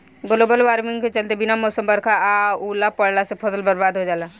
global warming के चलते बिना मौसम बरखा आ ओला पड़ला से फसल बरबाद हो जाला